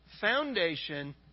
foundation